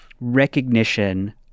recognition